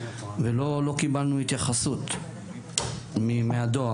ולא קיבלנו התייחסות מהדואר.